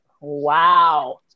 Wow